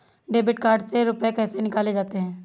Debit card से रुपये कैसे निकाले जाते हैं?